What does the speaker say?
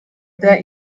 der